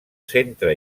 centre